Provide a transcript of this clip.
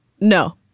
No